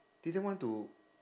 didn't want to